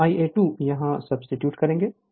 यह Ia2 यहां substitute करेंगे